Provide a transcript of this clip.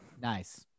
Nice